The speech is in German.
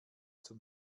zum